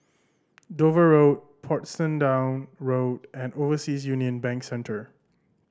Dover Road Portsdown Road and Overseas Union Bank Centre